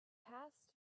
past